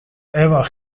eva